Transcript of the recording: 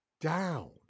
down